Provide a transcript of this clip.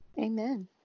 Amen